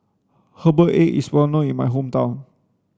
herbal egg is well known in my hometown